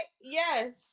Yes